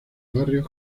barrios